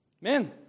Men